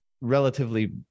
relatively